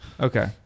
Okay